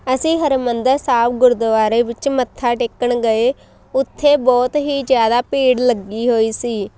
ਅਸੀਂ ਹਰਿਮੰਦਰ ਸਾਹਿਬ ਗੁਰਦੁਆਰੇ ਵਿੱਚ ਮੱਥਾ ਟੇਕਣ ਗਏ ਉੱਥੇ ਬਹੁਤ ਹੀ ਜ਼ਿਆਦਾ ਭੀੜ ਲੱਗੀ ਹੋਈ ਸੀ